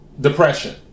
depression